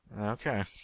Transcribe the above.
Okay